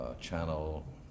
channel